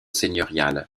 seigneurial